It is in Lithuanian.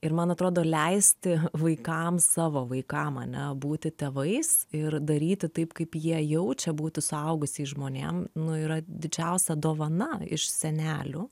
ir man atrodo leisti vaikams savo vaikam ane būti tėvais ir daryti taip kaip jie jaučia būti suaugusiais žmonėm nu yra didžiausia dovana iš senelių